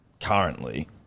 currently